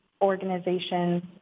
organizations